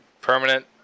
permanent